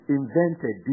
invented